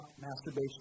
masturbation